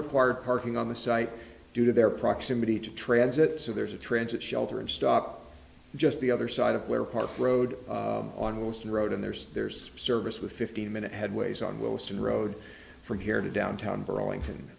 required parking on the site due to their proximity to transit so there's a transit shelter and stop just the other side of where park road on wheels and road and there's there's a service with fifteen minute headways on wilson road from here to downtown burlington